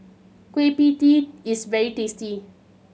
Kueh Pie Tee is very tasty